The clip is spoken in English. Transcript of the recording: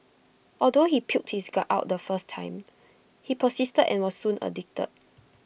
although he puked his guts out the first time he persisted and was soon addicted